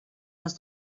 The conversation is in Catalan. les